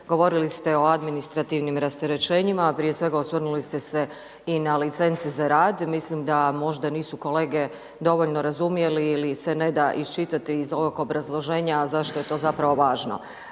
Govorili ste o administrativnim rasterećenjima, prije svega osvrnuli ste se i na licence za rad. Mislim da možda nisu kolege dovoljno razumjeli ili se neda iščitati iz ovog obrazloženja zašto je to važno.